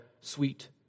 sweet